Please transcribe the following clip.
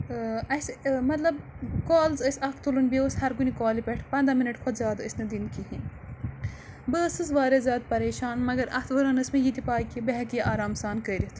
اَسہِ مطلب کالٕز ٲسۍ اکھ تُلُن بیٚیہِ اوس ہرکُنہِ کالہِ پٮ۪ٹھ پَنٛداہ مِنَٹ کھۄتہٕ زیادٕ ٲسۍ نہٕ دِنۍ کِہیٖنۍ بہٕ ٲسٕس واریاہ زیادٕ پَریشان مَگر اَتھ وَران ٲس مےٚ یہِ تہِ پَے کہِ بہٕ ہٮ۪کہٕ یہِ آرام سان کٔرِتھ